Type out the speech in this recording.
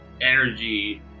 energy